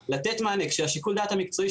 כדי לנטרל לחלוטין את כל הסיכון שיש ביכולתנו לנטרל.